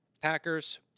Packers